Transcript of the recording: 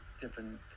different